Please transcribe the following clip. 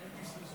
חברי הכנסת,